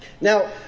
Now